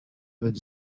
with